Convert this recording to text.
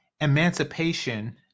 emancipation